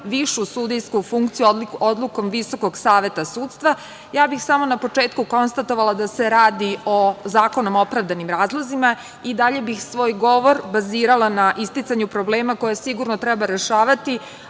višu sudijsku funkciju odlukom Visokog saveta sudstva, ja bih samo na početku konstatovala da se radi o zakonom opravdanim razlozima i dalje bih svoj govor bazirala na isticanju problema koje sigurno treba rešavati,